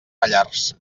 pallars